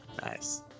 Nice